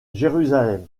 jérusalem